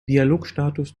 dialogstatus